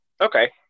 Okay